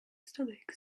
stomach